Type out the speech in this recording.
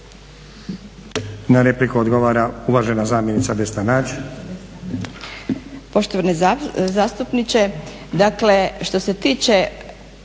Na repliku odgovara uvažena zamjenica Vesna